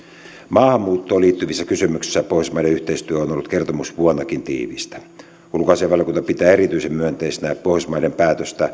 maahanmuuttoon liittyvissä kysymyksissä pohjoismaiden yhteistyö on ollut kertomusvuonnakin tiivistä ulkoasiainvaliokunta pitää erityisen myönteisenä pohjoismaiden päätöstä